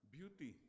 Beauty